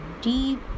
deep